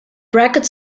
bracket